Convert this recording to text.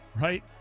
right